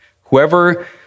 whoever